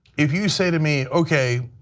if you say to me, okay,